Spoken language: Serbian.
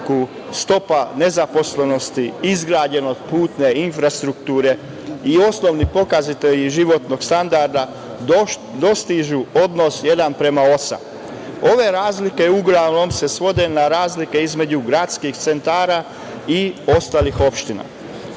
stopa nezaposlenosti, izgrađenost putne infrastrukture i osnovni pokazatelji životnog standarda dostižu odnos 1:8. Ove razlike uglavnom se svode na razlike između gradskih centara i ostalih opština. Problemi